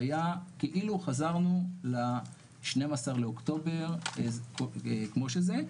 הוא היה כאילו חזרנו ל-12 לאוקטובר כמו שזה.